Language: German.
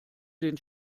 den